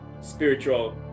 spiritual